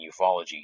ufology